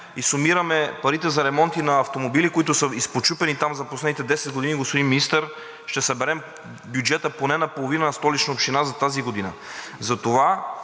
и сумираме парите за ремонти на автомобили, които са изпочупени там за последните десет години, господин Министър, ще съберем бюджета поне наполовина на Столична община за тази година. Имайки